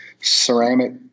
ceramic